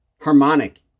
harmonic